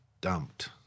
dumped